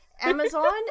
Amazon